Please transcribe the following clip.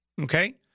Okay